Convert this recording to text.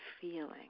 feeling